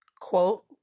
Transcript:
Quote